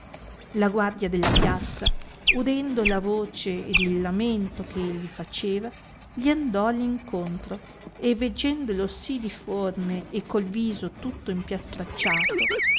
la guardia della piazza udendo la voce ed il lamento che egli faceva gli andò all incontro e veggendolo sì diforme e col viso tutto impiastracciato